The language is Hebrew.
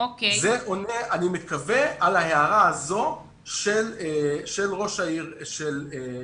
אני מקווה שזה עונה על ההערה הזאת של ראש עיריית